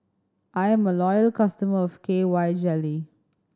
I'm a loyal customer of K Y Jelly